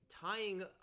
tying